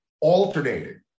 alternated